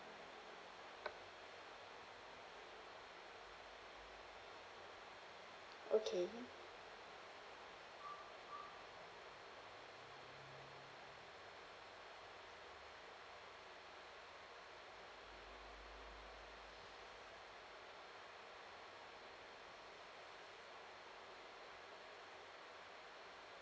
okay